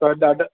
पर ॾाढा